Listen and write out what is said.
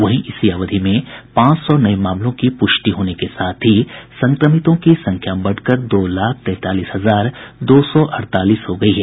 वहीं इसी अवधि में पांच सौ नये मामलों की पुष्टि होने के साथ ही संक्रमितों की संख्या बढ़कर दो लाख तैंतालीस हजार दो सौ अड़तालीस हो गयी है